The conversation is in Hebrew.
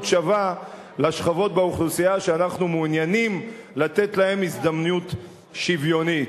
שווה לשכבות באוכלוסייה שאנחנו מעוניינים לתת להן הזדמנות שוויונית.